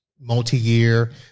multi-year